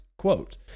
Quote